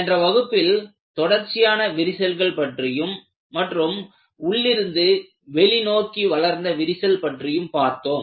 சென்ற வகுப்பில் தொடர்ச்சியான விரிசல்கள் பற்றியும் மற்றும் உள்ளிருந்து வெளிநோக்கி வளர்ந்த விரிசல் பற்றியும் பார்த்தோம்